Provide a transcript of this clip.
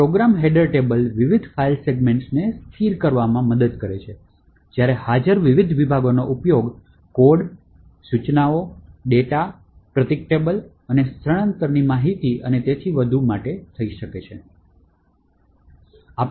programme header table વિવિધ file સેગમેન્ટ્સને સ્થિત કરવામાં મદદ કરે છે જ્યારે હાજર વિવિધ વિભાગોનો ઉપયોગ કોડ સૂચનાઓ ડેટા પ્રતીક ટેબલ સ્થાનાંતરણની માહિતી અને તેથી વધુ માટે થઈ શકે છે